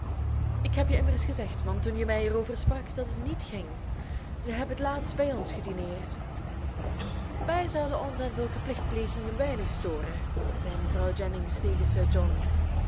ik heb je immers gezegd man toen je mij erover sprak dat het niet ging ze hebben t laatst bij ons gedineerd wij zouden ons aan zulke plichtplegingen weinig storen zei mevrouw jennings tegen sir john